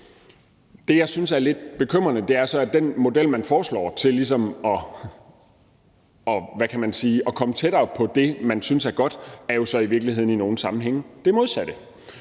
Det, jeg synes er lidt bekymrende, er så, at den model, man foreslår til ligesom at komme tættere på det, man synes er godt, i virkeligheden jo så i nogle sammenhænge er det modsatte.